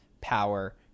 power